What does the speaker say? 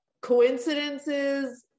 coincidences